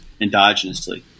endogenously